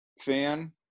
fan